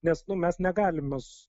nes nu mes negalim mes